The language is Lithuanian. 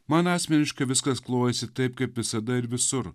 man asmeniškai viskas klojasi taip kaip visada ir visur